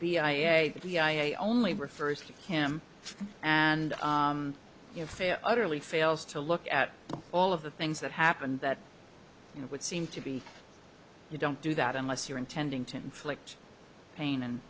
b i a b i a only refers to him and if it utterly fails to look at all of the things that happened that would seem to be you don't do that unless you're intending to inflict pain and